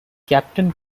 captain